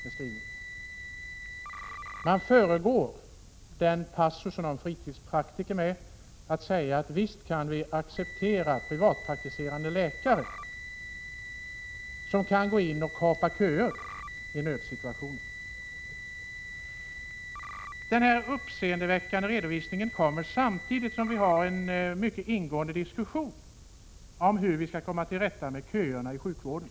Passusen om fritidspraktiker föregås av en mening där det sägs, att visst kan vi acceptera privatpraktiserande läkare, som kan gå in och kapa köer i en nödsituation. Den här uppseendeväckande redovisningen kommer samtidigt som vi har en mycket ingående diskussion om hur vi skall komma till rätta med köerna i sjukvården.